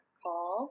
call